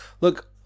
Look